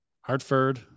Hartford